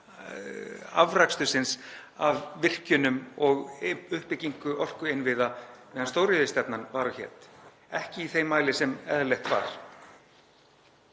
afrakstursins af virkjunum og uppbyggingu orkuinnviða meðan stóriðjustefnan var og hét, ekki í þeim mæli sem eðlilegt var.